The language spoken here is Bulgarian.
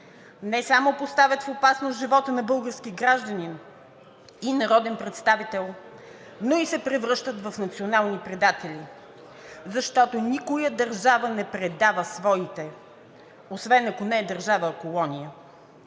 не само поставят в опасност живота на български гражданин и народен представител, но и се превръщат в национални предатели, защото никоя държава не предава своите, освен ако не е държава колония.